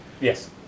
Yes